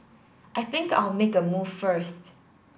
I think I'll make a move first